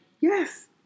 Yes